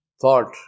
thought